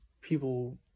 people